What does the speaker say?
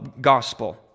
gospel